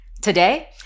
Today